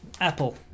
Apple